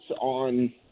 on